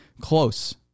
close